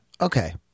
okay